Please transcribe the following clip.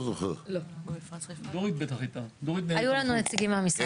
היו לנו כמה נציגים מהמשרד.